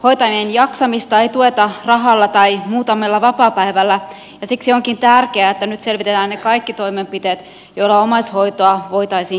hoitajien jaksamista ei tueta rahalla tai muutamalla vapaapäivällä ja siksi onkin tärkeää että nyt selvitetään kaikki toimenpiteet joilla omaishoitoa voitaisiin kehittää